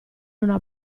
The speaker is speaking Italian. una